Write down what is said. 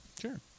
Sure